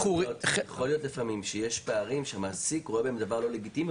יכול להיות לפעמים שיש פערים שמעסיק רואה בהם דבר לא לגיטימי,